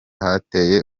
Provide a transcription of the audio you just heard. hateye